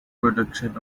production